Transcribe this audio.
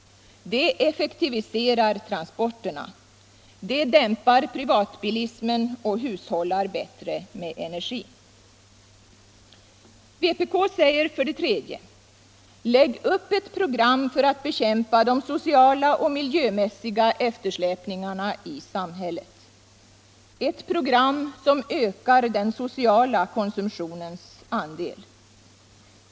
Det effektiviserar transporterna. Det dämpar privatbilismen och hushållar bättre med energin. Vpk säger vidare: Lägg upp ett program för att bekämpa de sociala och miljömässiga eftersläpningarna i samhället. Ett program som ökar den sociala konsumtionens andel.